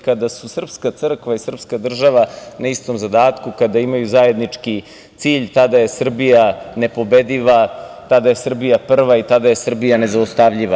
Kada su srpska crkva i srpska država na istom zadatku i kada imaju zajednički cilj, tada je Srbija nepobediva, tada je Srbija prva i tada je Srbija nezaustavljiva.